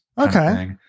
Okay